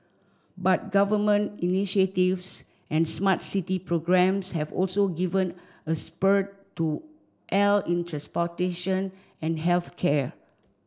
but government initiatives and smart city programs have also given a spurt to AI in transportation and health care